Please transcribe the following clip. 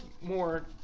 more